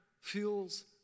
fuels